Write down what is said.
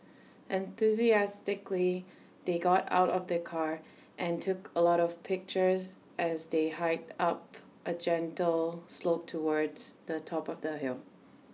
enthusiastically they got out of the car and took A lot of pictures as they hiked up A gentle slope towards the top of the hill